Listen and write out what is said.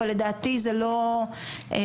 אבל לדעתי זה לא,